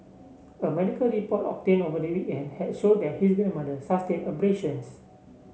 a medical report obtained over the weekend had showed that his grandmother sustained abrasions